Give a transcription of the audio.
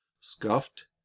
scuffed